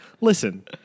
Listen